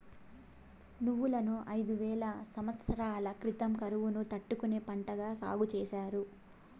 నువ్వులను ఐదు వేల సమత్సరాల క్రితం కరువును తట్టుకునే పంటగా సాగు చేసారు